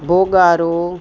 भोॻाड़ो